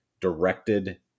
directed